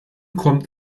kommt